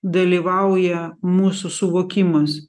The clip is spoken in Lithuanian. dalyvauja mūsų suvokimas